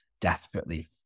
desperately